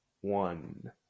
one